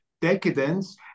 decadence